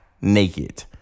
naked